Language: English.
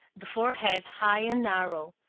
the forehead high and narrow,